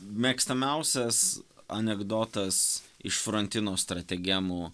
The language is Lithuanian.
mėgstamiausias anekdotas iš frontino strategemų